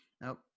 Nope